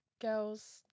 girls